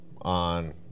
on